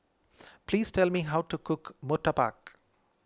please tell me how to cook Murtabak